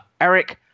Eric